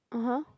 (uh huh)